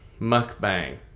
Mukbang